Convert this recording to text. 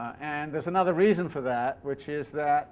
and there's another reason for that, which is that